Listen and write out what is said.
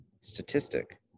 statistic